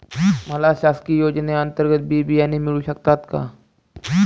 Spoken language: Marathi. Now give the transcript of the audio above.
मला शासकीय योजने अंतर्गत बी बियाणे मिळू शकतात का?